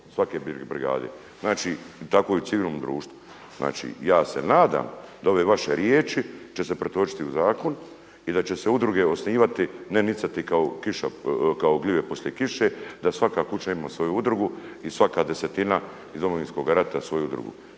svake brigade. Znači ja se nadam da ove vaše riječi će se pretočiti u zakon i da će se udruge osnivati, ne nicati kao gljive poslije kiše, da svaka kuća ima svoju udrugu i svaka desetina iz Domovinskog rata svoju udrugu.